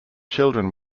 children